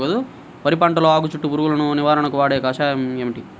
వరి పంటలో ఆకు చుట్టూ పురుగును నివారణకు వాడే కషాయం ఏమిటి?